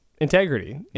integrity